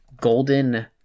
golden